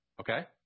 Okay